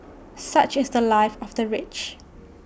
such is The Life of the rich